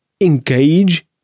engage